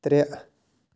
ترٛےٚ